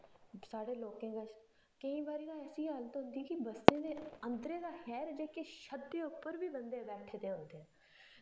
साढ़े लोकें कश केईं बारी ते ऐसी हालत होंदी कि बस्सें दे अंदर तां खैर जेह्की छत्तें उप्पर बी बंदे बैठे दे होंदे